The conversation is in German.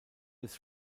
des